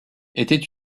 était